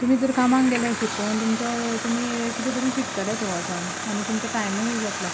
तुमी जर कामाक गेले शिकून तुमचो तुमी कितें तरी शिकतले थंय वचून आनी तुमचो टायमूय यूझ जातलो